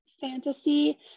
fantasy